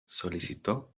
solicitó